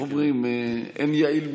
איך אומרים, אין יעיל מזה.